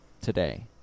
today